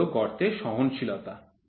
এটি হল গর্তের সহনশীলতা